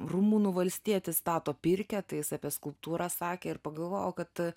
rumunų valstietis stato pirkią tai jis apie skulptūrą sakė ir pagalvojau kad